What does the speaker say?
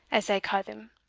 as they ca' them,